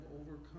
overcome